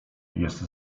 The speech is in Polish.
jest